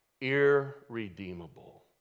irredeemable